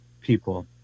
people